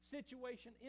Situation